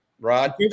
Rod